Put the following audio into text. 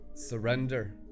Surrender